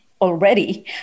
already